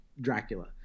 Dracula